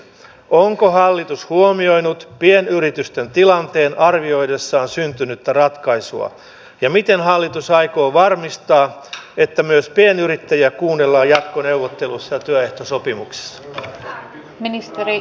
onko hallitus huomioinut pienyritysten tilanteen arvioidessaan syntynyttä ratkaisua ja miten hallitus aikoo varmistaa että myös pienyrittäjiä kuunnellaan jatkoneuvotteluissa ja työehtosopimuksissa